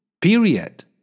Period